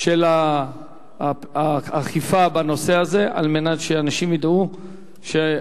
של האכיפה בנושא הזה על מנת שאנשים ידעו שאלימות